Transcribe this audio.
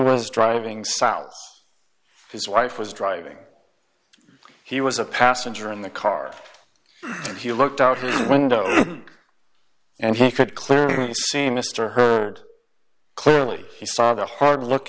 was driving south his wife was driving he was a passenger in the car he looked out his window and he could clearly see mr hurd clearly he saw the hard look